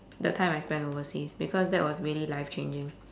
the time I spent overseas because that was really life changing